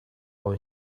all